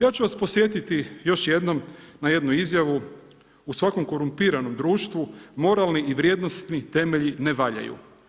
Ja ću vas podsjetiti još jednom na jednu izjavu: „U svakom korumpiranom društvu, moralni i vrijednosni temelji ne valjaju.